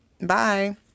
bye